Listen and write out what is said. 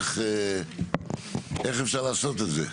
איך אפשר לעשות את זה?